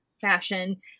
fashion